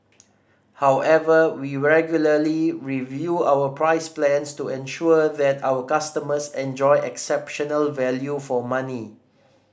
however we regularly review our price plans to ensure that our customers enjoy exceptional value for money